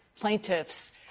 plaintiffs